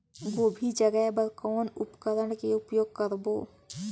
गोभी जगाय बर कौन उपकरण के उपयोग करबो?